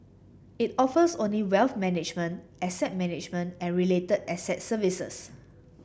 it offers only wealth management asset management and related asset services